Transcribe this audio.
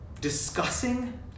discussing